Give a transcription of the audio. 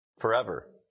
Forever